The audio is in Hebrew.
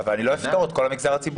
אבל אני לא אפטור את כל המגזר הציבורי.